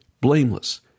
blameless